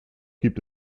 gibt